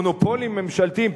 מונופולים ממשלתיים,